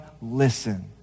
listen